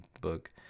book